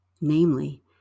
namely